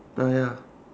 ah ya